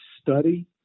study